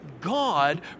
God